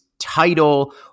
title